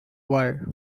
wire